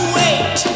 wait